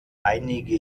einige